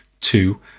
two